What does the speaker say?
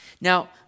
Now